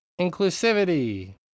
Inclusivity